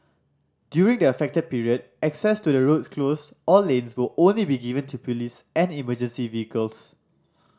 during the affected period access to the roads closed or lanes will only be given to police and emergency vehicles